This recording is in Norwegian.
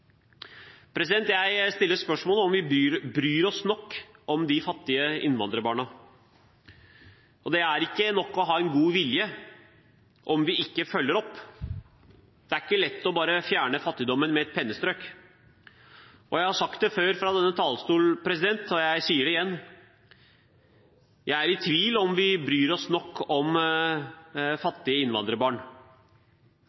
Jeg stiller spørsmål ved om vi bryr oss nok om de fattige innvandrerbarna. Det er ikke nok å ha en god vilje om vi ikke følger opp. Det er ikke lett bare å fjerne fattigdommen med et pennestrøk. Jeg har sagt det før fra denne talerstolen, og jeg sier det igjen: Jeg er i tvil om vi bryr oss nok om